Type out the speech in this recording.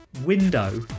window